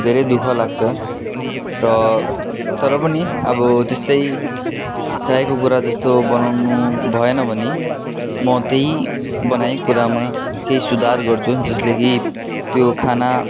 धेरै दुःख लाग्छ र तर पनि अब त्यस्तै चाहेको कुरा जस्तो बनाउनु भएन भने म त्यही बनाएको कुरामा केही सुधार गर्छु जसले कि त्यो खाना